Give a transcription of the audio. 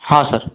हां सर